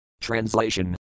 Translation